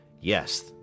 Yes